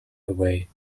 away